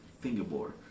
fingerboard